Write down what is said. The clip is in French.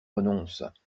renonce